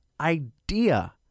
idea